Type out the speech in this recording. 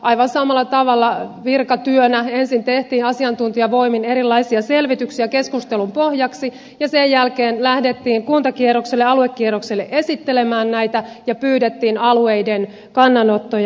aivan samalla tavalla virkatyönä ensin tehtiin asiantuntijavoimin erilaisia selvityksiä keskustelun pohjaksi ja sen jälkeen lähdettiin kuntakierrokselle aluekierrokselle esittelemään näitä ja pyydettiin alueiden kannanottoja